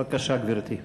בבקשה, גברתי.